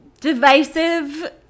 divisive